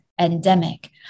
endemic